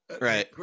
right